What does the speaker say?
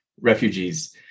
refugees